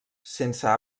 sense